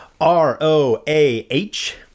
R-O-A-H